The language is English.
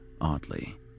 oddly